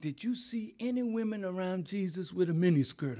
did you see any women around jesus with a miniskirt